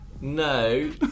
no